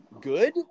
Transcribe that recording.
good